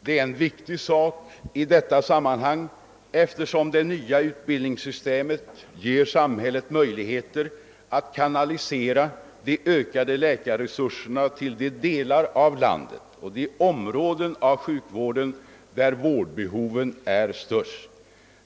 Det är en viktig sak i detta sammanhang, eftersom det nya utbildningssystemet ger samhället möjligheter att kanalisera de ökande läkarresurserna till de delar av landet och de områden av sjukvården där vårdbehoven är störst.